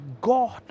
God